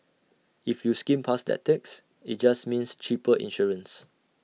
if you skimmed past that text IT just means cheaper insurance